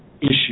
issue